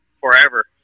forever